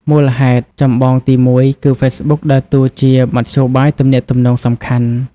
មូលហេតុចម្បងទីមួយ គឺហ្វេសប៊ុកដើរតួជា មធ្យោបាយទំនាក់ទំនងសំខាន់។